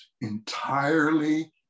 entirely